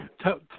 tell